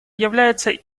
является